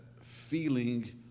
feeling